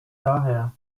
daher